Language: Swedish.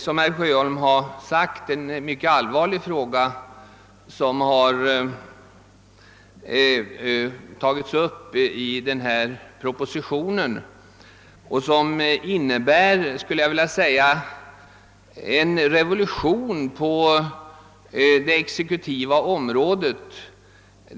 Som herr Sjöholm sagt är det en mycket allvarlig fråga som har tagits upp i propositionen. Förslaget innebär, skulle jag vilja säga, en revolution på det exekutiva området.